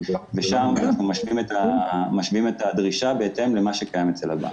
ושם אנחנו משווים את הדרישה בהתאם למה שקיים אצל הבנק.